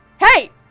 Hey